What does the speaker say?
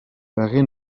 paré